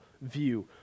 view